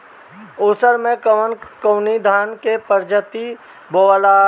उसर मै कवन कवनि धान के प्रजाति बोआला?